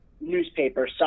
newspaper